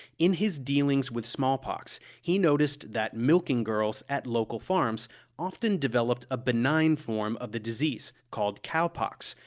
in his dealings with smallpox, he noticed that milking girls at local farms often developed a benign form of the disease, called cowpox,